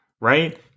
right